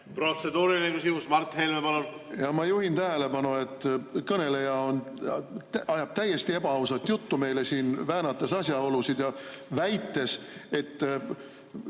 Protseduuriline küsimus, Mart Helme, palun! Ma juhin tähelepanu, et kõneleja ajab täiesti ebaausat juttu meile siin, väänates asjaolusid ja väites, et